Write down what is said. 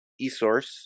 Esource